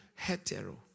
Hetero